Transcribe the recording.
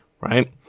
right